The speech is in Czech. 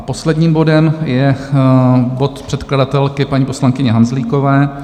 Posledním bodem je bod předkladatelky paní poslankyně Hanzlíkové.